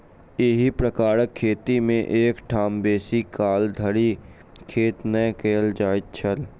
एही प्रकारक खेती मे एक ठाम बेसी काल धरि खेती नै कयल जाइत छल